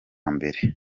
mbere